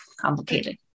complicated